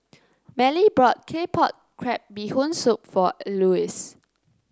Mallie bought Claypot Crab Bee Hoon Soup for Elois